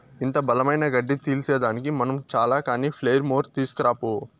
ఇంత బలమైన గడ్డి సీల్సేదానికి మనం చాల కానీ ప్లెయిర్ మోర్ తీస్కరా పో